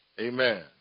Amen